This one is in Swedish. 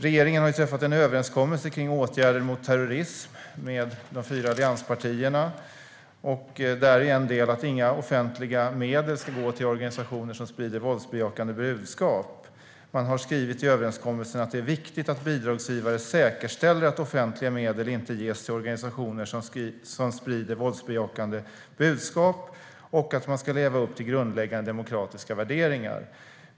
Regeringen har träffat en överenskommelse med de fyra allianspartierna om åtgärder mot terrorism. En del däri är att inga offentliga medel ska gå till organisationer som sprider våldsbejakande budskap. Man har skrivit i överenskommelsen att det är viktigt att bidragsgivare säkerställer att offentliga medel inte ges till organisationer som sprider våldsbejakande budskap och att organisationerna ska leva upp till grundläggande demokratiska värderingar.